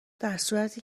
درصورتی